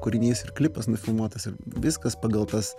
kūrinys ir klipas nufilmuotas ir viskas pagal tas